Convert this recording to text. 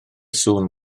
sŵn